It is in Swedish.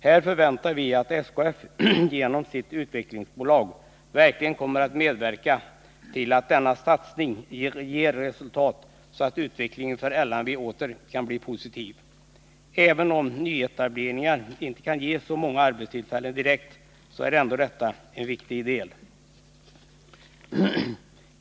Här förväntar vi att SKF genom sitt utvecklingsbolag verkligen kommer att medverka till att denna satsning ger resultat så att utvecklingen för LMV åter kan bli positiv. Även om nyetableringar inte kan ge så många arbetstillfällen direkt, är de ändå en viktig del.